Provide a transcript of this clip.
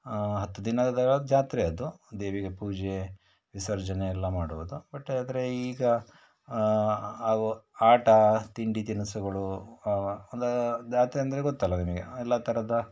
ಹತ್ತು ದಿನಗಳ ಜಾತ್ರೆ ಅದು ದೇವಿಗೆ ಪೂಜೆ ವಿಸರ್ಜನೆ ಎಲ್ಲ ಮಾಡುವುದು ಬಟ್ ಆದರೆ ಈಗ ಅವು ಆಟ ತಿಂಡಿ ತಿನಿಸುಗಳು ಅದು ಜಾತ್ರೆ ಅಂದರೆ ಗೊತ್ತಲ್ಲ ನಿಮಗೆ ಎಲ್ಲ ಥರದ